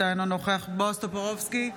ואטורי, אינו נוכח מיכל מרים